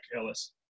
Ellis